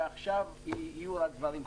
ועכשיו יהיו רק דברים חדשים.